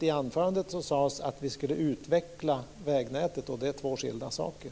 I anförandet sade han att vi ska utveckla vägnätet. Det är två helt skilda saker.